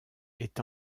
est